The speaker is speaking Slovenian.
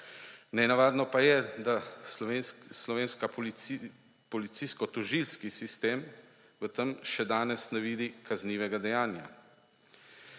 Nenavadno pa je, da slovenski policijsko-tožilski sistem v tem še danes ne vidi kaznivega dejanja.